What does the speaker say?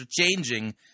changing